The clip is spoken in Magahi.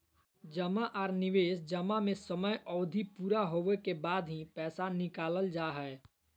जमा आर निवेश जमा में समय अवधि पूरा होबे के बाद ही पैसा निकालल जा हय